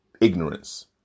ignorance